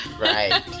Right